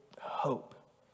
hope